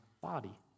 body